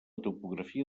topografia